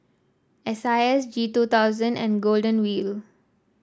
S I S G two thousand and Golden Wheel